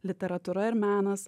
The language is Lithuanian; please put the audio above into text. literatūra ir menas